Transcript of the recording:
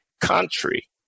country